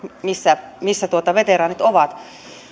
missä missä veteraanit ovat